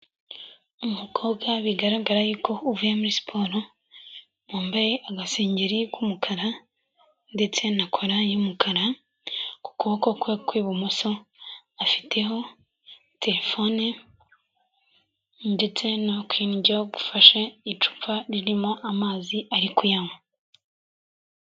Umukobwa bigaragara yuko uvuye muri siporo, wambaye agasengeri k'umukara ndetse na kora y'umukara, ku kuboko kwe ku ibumoso afiteho telefone ndetse n'ukw'indyo gufashe icupa ririmo amazi ari kuyanywa.